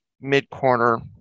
mid-corner